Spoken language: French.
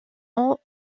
ont